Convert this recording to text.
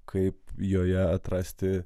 kaip joje atrasti